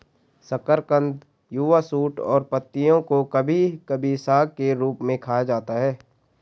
शकरकंद युवा शूट और पत्तियों को कभी कभी साग के रूप में खाया जाता है